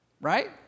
Right